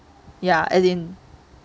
ya as in